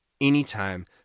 anytime